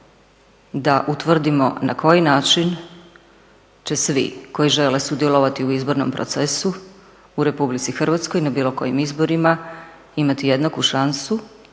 da utvrdimo na koji način će svi koji žele sudjelovati u izbornom procesu u RH na bilo kojim izborima imati jednaku šansu